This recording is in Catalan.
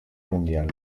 mundial